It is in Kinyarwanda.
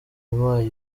impaye